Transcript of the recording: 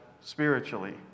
Spiritually